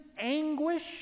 anguish